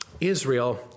Israel